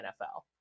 NFL